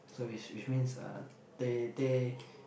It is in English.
so which which means uh teh teh